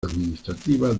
administrativa